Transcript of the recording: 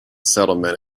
settlement